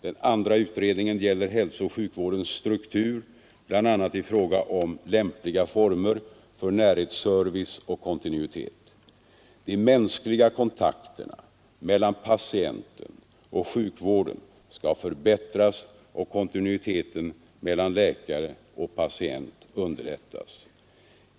Den andra utredningen gäller hälsooch sjukvårdens struktur, bl.a. i fråga om lämpliga former för närhetsservice och kontinuitet. De mänskliga kontakterna mellan patienten och sjukvården skall förbättras och kontinuiteten mellan läkare och patient underlättas.